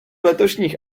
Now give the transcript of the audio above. letošních